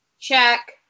check